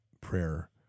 prayer